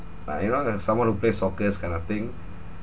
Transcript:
uh you know uh someone who plays soccers kind of thing